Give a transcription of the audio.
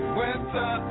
winter